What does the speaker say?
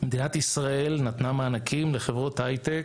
מדינת ישראל נתנה מענקים לחברות הייטק,